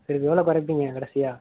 சரி எவ்வளோ கொறைப்பீங்க கடைசியாக